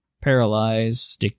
paralyze